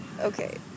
Okay